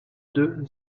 deux